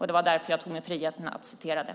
Det var därför jag tog mig friheten att citera det.